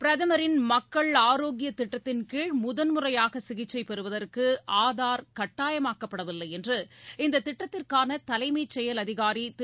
பிரதமரின் மக்கள் ஆரோக்கிய திட்டத்தின் கீழ் முதன்முறையாக சிகிச்சை பெறுவதற்கு ஆதார் கட்டாயமாக்கப்படவில்லை என்று இந்த திட்டத்திற்கான தலைமை செயல் அதிகாரி திரு